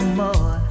more